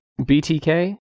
BTK